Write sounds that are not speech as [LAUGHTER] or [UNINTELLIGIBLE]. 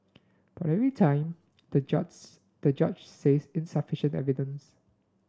but every time the [UNINTELLIGIBLE] the judge says insufficient evidence